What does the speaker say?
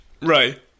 Right